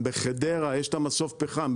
בחדרה יש את המסוף פחם,